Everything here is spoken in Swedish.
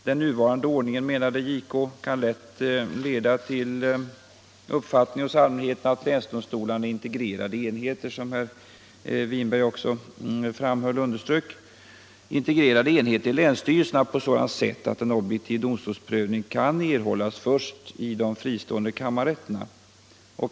Den nuvarande ordningen, menar JK, kan lätt leda till uppfattningen hos allmänheten att länsdomstolarna är — såsom också herr Winberg framhöll — integrerade enheter i länsstyrelserna på ett sådant sätt att en objektiv domstolsprövning kan erhållas först i de fristående kammarrätterna.